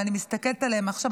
ואני מסתכלת עליהם עכשיו.